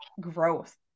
growth